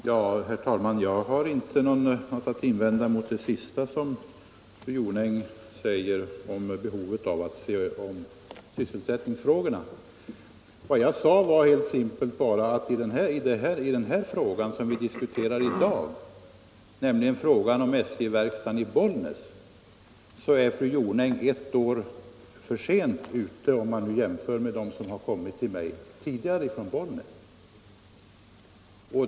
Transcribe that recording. Herr talman! Jag har inte någonting att invända mot det som fru Jonäng senast framförde om behovet av att bevaka sysselsättningsfrågorna. Jag sade helt simpelt bara att fru Jonäng i den fråga som vi diskuterar i dag, nämligen frågan om SJ-verkstaden i Bollnäs, är ett år för sent ute jämfört med dem som tidigare kommit till mig från Bollnäs.